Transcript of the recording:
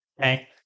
okay